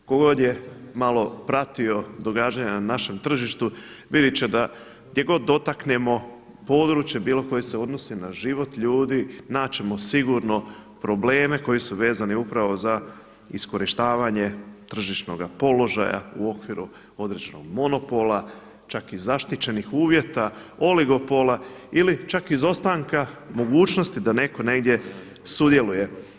Tko god je malo pratio događanja na našem tržištu vidjet će da gdje god dotaknemo područje bilo koje se odnosi na život ljudi, naći ćemo sigurno probleme koji su vezani upravo za iskorištavanje tržišnoga položaja u okviru određenog monopola, čak i zaštićenih uvjeta, oligopola ili čak izostanka mogućnosti da neko negdje sudjeluje.